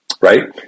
right